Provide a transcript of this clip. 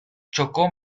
chocó